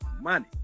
money